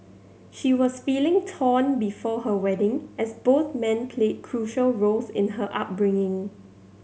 she was feeling torn before her wedding as both men played crucial roles in her upbringing